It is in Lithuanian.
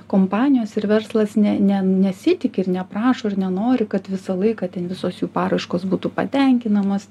kompanijos ir verslas ne ne nesitiki ir neprašo ir nenori kad visą laiką ten visos jų paraiškos būtų patenkinamos